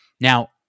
Now